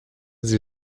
sie